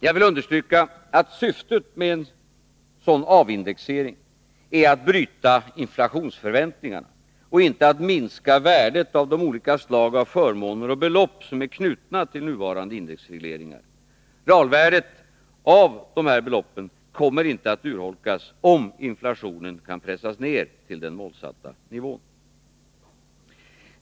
Jag vill understryka att syftet med en sådan avindexering är att bryta inflationsförväntningarna och inte att minska värdet av de olika slag av förmåner och belopp som är knutna till nuvarande indexregleringar. Realvärdet av de här beloppen kommer inte att urholkas om inflationen kan pressas ned till den målsatta nivån.